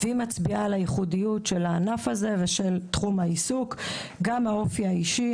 וגם אופי אישי,